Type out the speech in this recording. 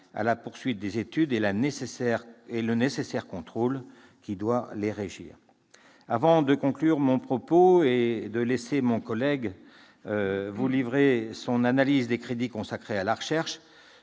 à la poursuite des études et le nécessaire contrôle qui doit les régir. Avant de laisser mon collègue vous livrer son analyse des crédits consacrés à la recherche,